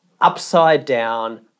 upside-down